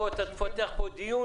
אתה תפתח פה דיון,